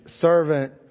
servant